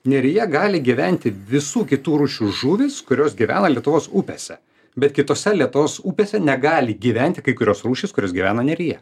neryje gali gyventi visų kitų rūšių žuvys kurios gyvena lietuvos upėse bet kitose lietaus upėse negali gyventi kai kurios rūšys kurios gyvena neryje